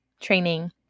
training